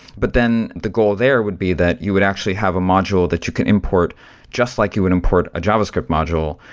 but then the goal there would be that you would actually have a module that you can import just like you would import a javascript module,